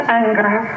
anger